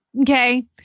Okay